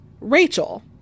Rachel